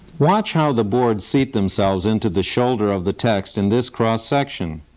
watch how the boards seat themselves into the shoulder of the text in this cross-section.